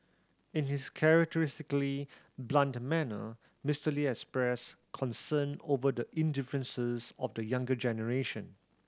in his characteristically blunt manner Mister Lee expressed concern over the indifference of the younger generation